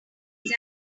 from